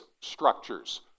structures